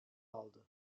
aldı